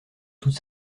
toute